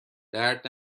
درد